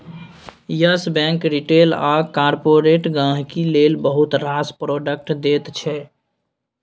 yes Bank retail आ corporate गांहिकी लेल बहुत रास प्रोडक्ट दैत छै